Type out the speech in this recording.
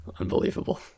Unbelievable